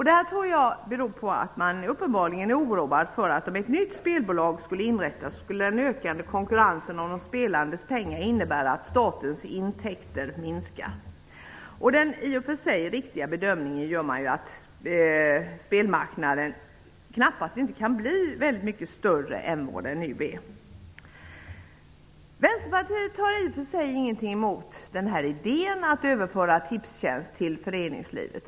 Det tror jag beror på att man uppenbarligen är oroad för att om ett nytt spelbolag skulle inrättas, skulle den ökande konkurrensen om de spelandes pengar innebära att statens intäkter skulle minska. Den i och för sig riktiga bedömningen gör man att spelmarknaden knappast kan bli väldigt mycket större än vad den nu är. Vänsterpartiet har ingenting emot idén att överföra Tipstjänst till föreningslivet.